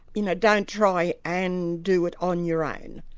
you know, don't try and do it on your own.